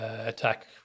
attack